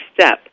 step